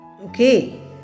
okay